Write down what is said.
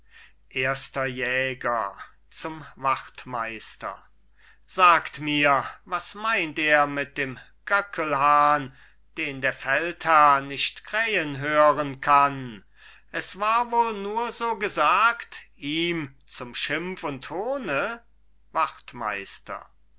erster jäger zum wachtmeister sagt mir was meint er mit dem göckelhahn den der feldherr nicht krähen hören kann es war wohl nur so gesagt ihm zum schimpf und hohne